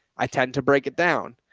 i tend to break it down.